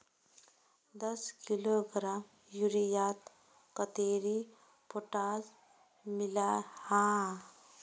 दस किलोग्राम यूरियात कतेरी पोटास मिला हाँ?